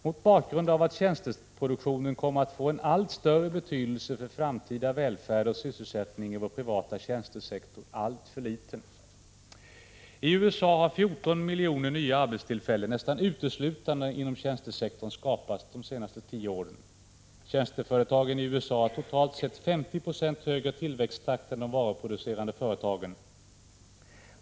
Mot bakgrund av att tjänsteproduktionen kommer att få en allt större betydelse för framtida välfärd och sysselsättning är vår privata tjänstesektor alltför liten. I USA har 14 miljoner nya arbetstillfällen, nästan uteslutande inom tjänstesektorn, skapats de senaste tio åren. Tjänsteföretagen i USA har totalt sett 50 26 högre tillväxttakt än de varuproducerande företagen.